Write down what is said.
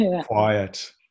quiet